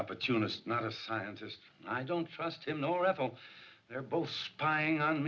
opportunist not a scientist i don't trust him nor apple they're both spying on